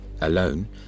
alone